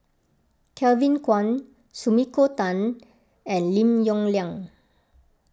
Kevin Kwan Sumiko Tan and Lim Yong Liang